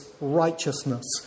righteousness